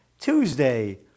Tuesday